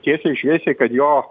tiesiai šviesiai kad jo